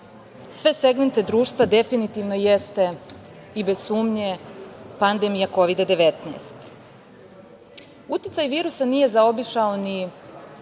sve segmente društva definitivno jeste i bez sumnja pandemija Kovida – 19.Uticaj virusa nije zaobišao ni